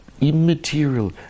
immaterial